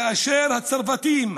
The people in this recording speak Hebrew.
כאשר הצרפתים,